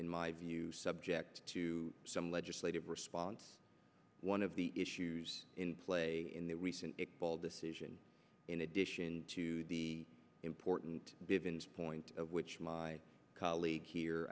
in my view subject to some legislative response one of the issues in play in the recent decision in addition to the important point which my colleague here